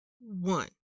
one